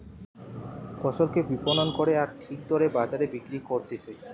ফসলকে বিপণন করে আর ঠিক দরে বাজারে বিক্রি করতিছে